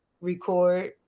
record